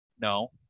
No